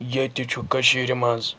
ییٚتہِ چھُ کٔشیٖرِ منٛز